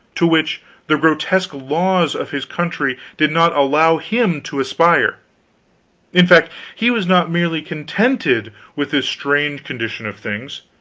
to which the grotesque laws of his country did not allow him to aspire in fact, he was not merely contented with this strange condition of things,